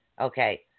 Okay